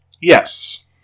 Yes